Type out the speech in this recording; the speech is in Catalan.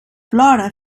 plora